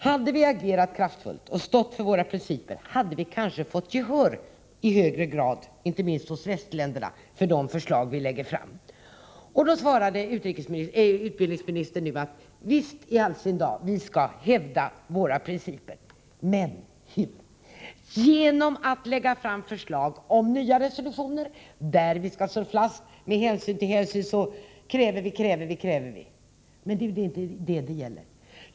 Hade vi agerat kraftfullt och stått för våra principer, hade vi kanske i högre grad fått gehör — inte minst hos västländerna — för de förslag vi lägger fram. Utbildningsministern svarade nu: Visst skall vi hävda våra principer. Men hur? Genom att lägga fram förslag om nya resolutioner, där det skall slås fast att vi med hänsyn till olika saker kräver, kräver och åter kräver? Men det är inte vad det gäller.